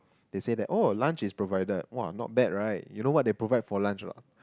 they say that oh lunch is provided !wah! not bad right you know what they provide for lunch not